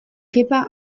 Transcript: kepa